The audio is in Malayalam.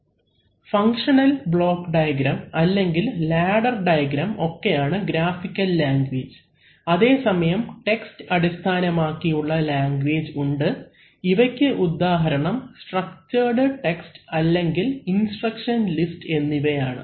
അവലംബിക്കുന്ന സ്ലൈഡ് സമയം 0109 ഫങ്ക്ഷണൽ ബ്ലോക്ക് ഡയഗ്രം അല്ലെങ്കിൽ ലാഡർ ഡയഗ്രം ഒക്കെയാണ് ഗ്രാഫിക്കൽ ലാംഗ്വേജ് അതെസമയം ടെക്സ്റ്റ് അടിസ്ഥാനമാക്കിയുള്ള ലാംഗ്വേജ് ഉണ്ട് ഇവയ്ക്ക് ഉദാഹരണം സ്ട്രക്ച്ചർഡ് ടെക്സ്റ്റ് അല്ലെങ്കിൽ ഇൻസ്ട്രക്ഷൻ ലിസ്റ്റ് എന്നിവയാണ്